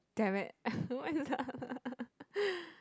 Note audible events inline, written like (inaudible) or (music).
damn it (breath)